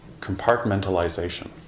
Compartmentalization